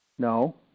No